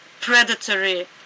predatory